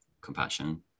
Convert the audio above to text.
compassion